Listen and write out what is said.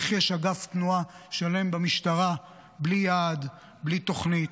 איך יש אגף תנועה שלם במשטרה בלי יעד, בלי תוכנית?